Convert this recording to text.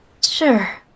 sure